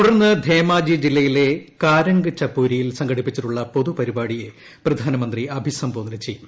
തുടർന്ന് ധേമാജി ജില്ലയിലെ കാരംഗ് ചപ്പോരിയിൽ സംഘടിപ്പിച്ചിട്ടുള്ള പൊതു പരിപാടിയെ പ്രധാനമന്ത്രി അഭിസംബ്ലോധന ചെയ്യും